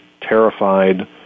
terrified